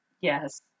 Yes